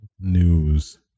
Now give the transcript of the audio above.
news